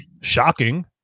shocking